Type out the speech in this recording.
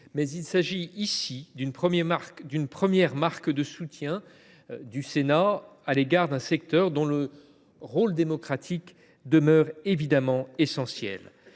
constitue une première marque de soutien du Sénat à l’égard d’un secteur dont le rôle démocratique demeure évidemment essentiel.